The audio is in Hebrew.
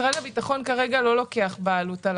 משרד הביטחון כרגע לא לוקח בעלות על